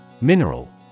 Mineral